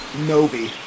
Novi